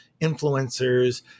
influencers